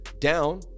down